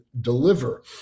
deliver